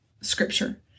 scripture